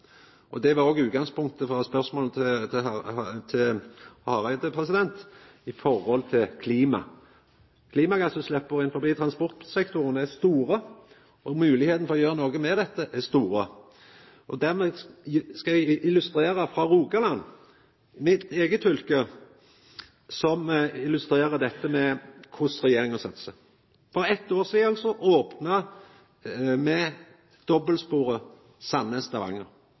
mykje. Det var òg utgangspunktet for spørsmålet til Hareide om klima. Klimagassutsleppa innan transportsektoren er store, og moglegheitene for å gjera noko med dette er store. Eg vil ta nokre eksempel frå Rogaland, mitt eige fylke, som illustrerer korleis regjeringa satsar. For eit år sidan opna me dobbeltsporet